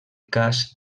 cas